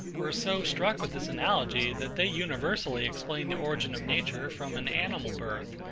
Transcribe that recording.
were so struck with this analogy, that they universally explained the origin of nature from an animal birth,